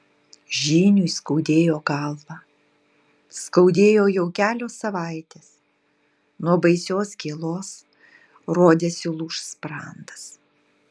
žyniui skaudėjo galvą skaudėjo jau kelios savaitės nuo baisios gėlos rodėsi lūš sprandas